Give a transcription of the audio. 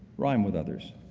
rhyme with others.